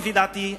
לפי דעתי,